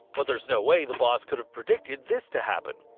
but there's no way the boss could have predicted this to happen.